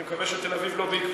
אני מקווה שתל-אביב לא בעקבותיה.